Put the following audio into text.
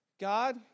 God